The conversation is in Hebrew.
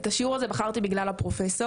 את השיעור הזה בחרתי בגלל הפרופסור.